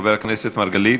חבר הכנסת מרגלית,